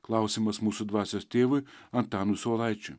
klausimas mūsų dvasios tėvui antanui saulaičiui